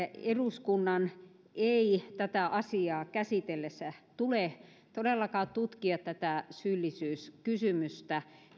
eduskunnan ei tätä asiaa käsitellessään tule todellakaan tutkia tätä syyllisyyskysymystä